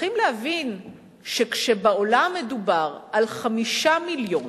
אדוני היושב-ראש, חברי חברי הכנסת, ההנחיה,